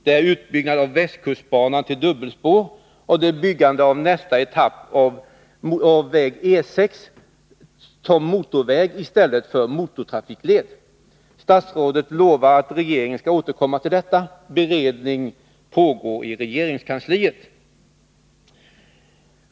Det är utbyggnaden av västkustbanan till dubbelspår och byggandet av nästa etapp av E 6-an som motorväg i stället för motortrafikled. Statsrådet lovar att regeringen skall återkomma till detta. Beredning pågår i regeringskansliet.